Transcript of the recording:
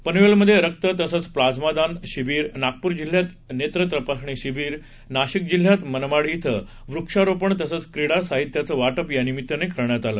पनवेलमध्ये रक्त तसंच प्लाझ्मादान शिबिर नागपूर जिल्ह्यात नेत्र तपासणी शिबीर नाशिक जिल्ह्यात मनमाड शि वृक्षारोपण तसंच क्रीडा साहित्याचं वाटप या निमित्तानं करण्यात आलं